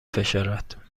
فشارد